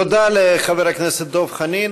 תודה לחבר הכנסת דב חנין.